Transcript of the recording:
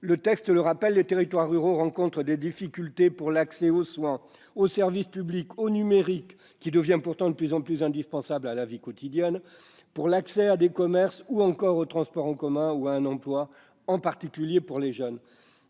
Le texte le rappelle, les territoires ruraux rencontrent des difficultés pour l'accès aux soins, aux services publics, au numérique, qui est pourtant de plus en plus indispensable à la vie quotidienne, ainsi que pour l'accès aux commerces, aux transports en commun ou à un emploi, en particulier pour les jeunes.